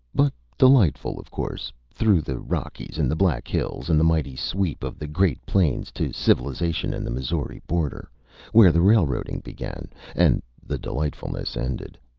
but delightful, of course, through the rockies and the black hills and the mighty sweep of the great plains to civilization and the missouri border where the railroading began and the delightfulness ended.